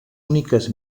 úniques